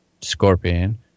Scorpion